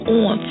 on